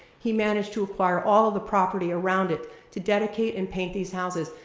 he managed to acquire all of the property around it to dedicate and paint these houses.